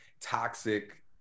toxic